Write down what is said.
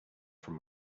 from